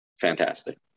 fantastic